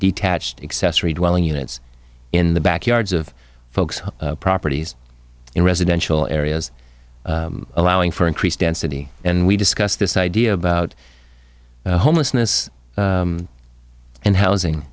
detached accessory dwelling units in the backyards of folks properties in residential areas allowing for increased density and we discussed this idea about homelessness and housing